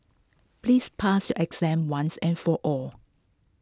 please pass your exam once and for all